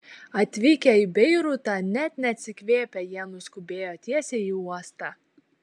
atvykę į beirutą net neatsikvėpę jie nuskubėjo tiesiai į uostą